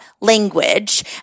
language